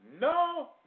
no